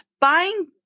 buying